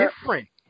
different